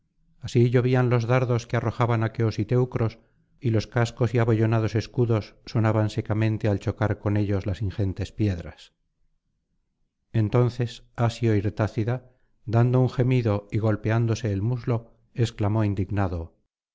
así llovían los dardos que arrojaban aqueos y teucros y los cascos y abollonados escudos sonaban secamente al chocar con ellos las ingentes piedras entonces asió hirtácida dando un gemido y golpeándose el muslo exclamó indignado